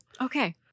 Okay